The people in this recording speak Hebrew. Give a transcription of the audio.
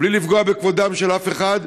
בלי לפגוע בכבודו של אף אחד,